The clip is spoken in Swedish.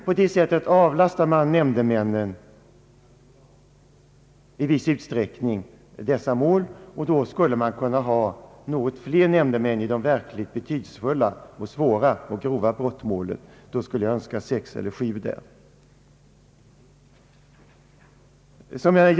På det sättet avlastar man i viss utsträckning nämndemännen dessa mål. I stället skulle man kunna ha något fler nämndemän i de verkligt betydelsefulla, svåra och grova brottmålen. I så fall skulle jag önska sex eller sju nämndemän i sådana mål.